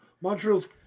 Montreal's